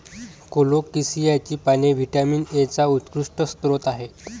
कोलोकेसियाची पाने व्हिटॅमिन एचा उत्कृष्ट स्रोत आहेत